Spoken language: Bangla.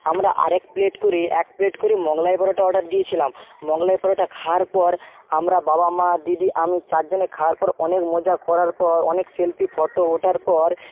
আমরা আরেক প্লেট করে এক প্লেট করে মোঘলাই পরোটা অর্ডার দিয়েছিলাম মোঘলাই পরোটা খাওয়ার পর আমরা বাবা মা দিদি আমি চারজনে খাওয়ার পর অনেক মজা করার পর অনেক সেলফি ফটো ওঠার পর